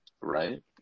Right